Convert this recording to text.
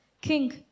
King